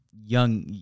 young